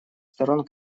сторон